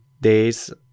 days